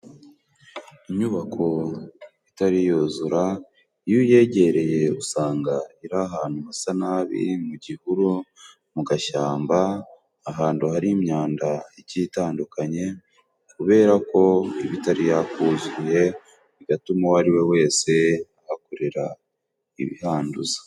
Inyubako itariyuzura iyo yegereye usanga iri ahantu hasa nabi mu gihuru, mu gashyamba ahandu hari imyanda iki itandukanye, kubera ko ibitari yakuzuye bigatuma uwo ari we wese akorera ibihanduza.